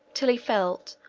till he felt,